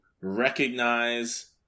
recognize